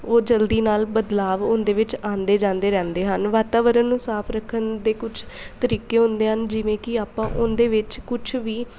ਉਹ ਜਲਦੀ ਨਾਲ ਬਦਲਾਵ ਉਹਦੇ ਵਿੱਚ ਆਉਂਦੇ ਜਾਂਦੇ ਰਹਿੰਦੇ ਹਨ ਵਾਤਾਵਰਨ ਨੂੰ ਸਾਫ ਰੱਖਣ ਦੇ ਕੁਛ ਤਰੀਕੇ ਹੁੰਦੇ ਹਨ ਜਿਵੇਂ ਕਿ ਆਪਾਂ ਉਹਦੇ ਵਿੱਚ ਕੁਛ ਵੀ